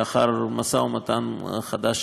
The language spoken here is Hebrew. לאחר משא ומתן חדש,